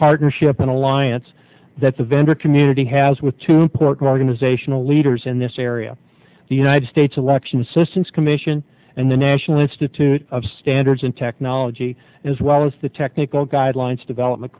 partnership in alliance that the vendor community has with to put an organizational leaders in this area the united states election systems commission and the national institute of standards and technology as well as the technical guidelines development